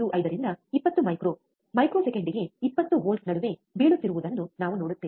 5 ರಿಂದ 20 micro micro ಸೆಕೆಂಡಿಗೆ 20 volt ನಡುವೆ ಬೀಳುತ್ತಿರುವುದನ್ನು ನಾವು ನೋಡುತ್ತೇವೆ